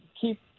keep